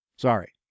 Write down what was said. Sorry